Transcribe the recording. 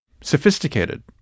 sophisticated